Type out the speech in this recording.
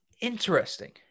Interesting